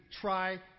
try